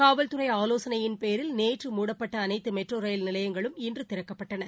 காவல்துறை ஆலோசனையின் பேரில் நேற்று மூடப்பட்ட அனைத்து மெட்ரோ ரயில் நிலையங்களும் இன்று திறக்கப்பட்டன